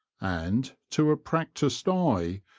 and, to a practised eye,